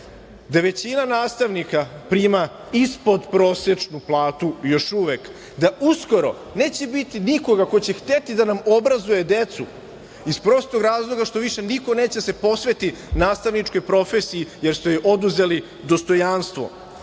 da većina nastavnika prima ispod prosečnu platu još uvek, da uskoro neće biti nikoga ko će hteti da nam obrazuje decu, iz prostog razloga što više niko neće da se posveti nastavničkoj profesiji jer ste joj oduzeli dostojanstvo. Ono